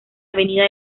avenida